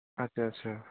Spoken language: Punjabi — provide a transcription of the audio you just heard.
ਅੱਛਾ ਅੱਛਾ